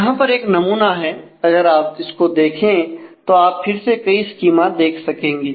यहां पर एक नमूना है अगर आप इसको देखें तो आप फिर से कई स्कीमा देख सकेंगे